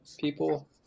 people